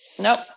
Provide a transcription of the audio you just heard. Nope